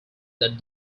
that